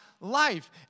life